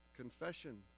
Confession